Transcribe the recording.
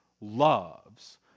loves